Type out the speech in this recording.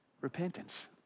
Repentance